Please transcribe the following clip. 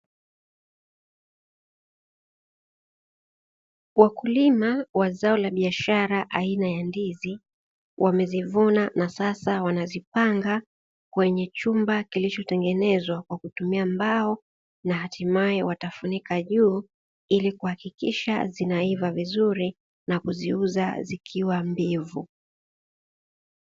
Wakulima wa zao la biashara aina ya ndizi, wamezivuna na sasa wazipanga kwenye chumba kilichotengenezwa kwa kutumia mbao na hatimaye watafunika juu, ili kuhakikisha zinaiva vizuri na kuziuza zikwa mbivu.